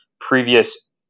previous